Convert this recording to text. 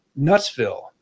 nutsville